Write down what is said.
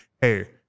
hey